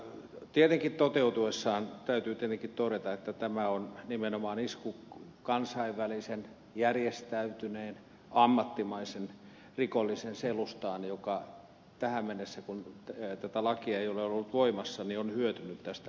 tietenkin tämän toteutuessa täytyy todeta että tämä on nimenomaan isku kansainvälisen järjestäytyneen ammattimaisen rikollisen selustaan joka tähän mennessä kun tätä lakia ei ole ollut voimassa on hyötynyt tästä järjestelmästä